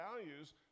values